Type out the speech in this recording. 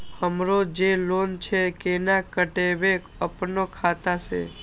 हमरो जे लोन छे केना कटेबे अपनो खाता से?